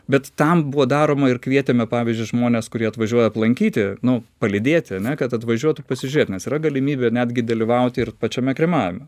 bet tam buvo daroma ir kvietėme pavyzdžiui žmones kurie atvažiuoja aplankyti nu palydėti ane kad atvažiuotų pasižiūrėt nes yra galimybė netgi dalyvauti ir pačiame kremavime